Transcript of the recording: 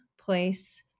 place